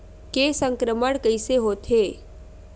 के संक्रमण कइसे होथे?